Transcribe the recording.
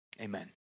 Amen